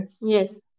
Yes